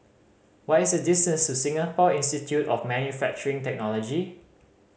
what is the distance to Singapore Institute of Manufacturing Technology